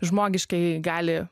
žmogiškai gali